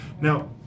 Now